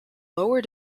lower